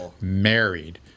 married